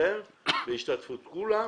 בנוכחותכם ובהשתתפות כולם